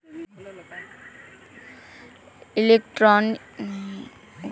electronic clearing services एक bank account से दूसरे में पैसे भेजने का डिजिटल तरीका है